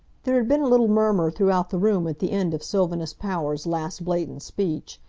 there had been a little murmur throughout the room at the end of sylvanus power's last blatant speech,